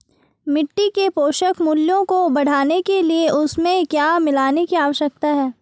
मिट्टी के पोषक मूल्य को बढ़ाने के लिए उसमें क्या मिलाने की आवश्यकता है?